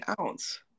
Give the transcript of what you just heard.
ounce